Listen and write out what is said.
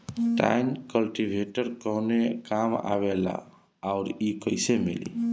Tine cultivator कवने काम आवेला आउर इ कैसे मिली?